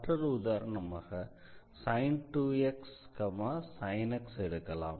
மற்றொரு உதாரணமாக y1sin 2x y2sin x ஐ எடுக்கலாம்